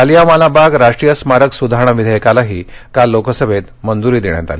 जालियांवाला बाग राष्ट्रीय स्मारक सुधारणा विधेयाकालाही काल लोकसभेत मंजूरी देण्यात आली